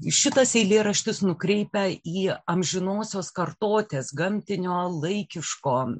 šitas eilėraštis nukreipia jį amžinosios kartotės gamtinio laikiško